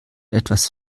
etwas